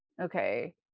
okay